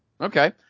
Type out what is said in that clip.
Okay